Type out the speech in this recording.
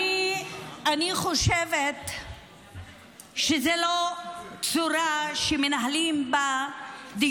את לא תשקרי פה על